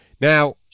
Now